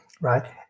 right